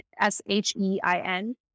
S-H-E-I-N